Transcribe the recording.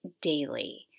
daily